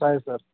असं आहे सर